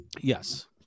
Yes